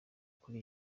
kuri